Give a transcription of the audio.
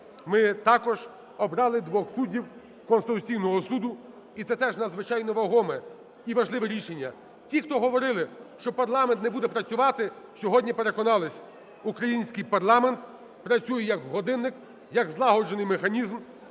ми також обрали двох суддів Конституційного Суду, і це теж надзвичайно вагоме і важливе рішення. Ті, хто говорили, що парламент не буде працювати, сьогодні переконались, український парламент працює, як годинник, як злагоджений механізм,